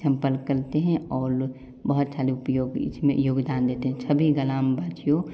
सम्पर्क करते है और बहुत सारे उपयोग इसमें योगदान देते है सभी ग्रामवासियों